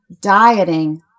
dieting